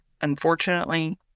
unfortunately